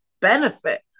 benefit